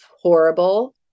horrible